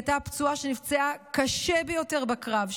היא הייתה פצועה שנפצעה קשה ביותר בקרב,